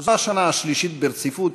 זו השנה השלישית ברציפות,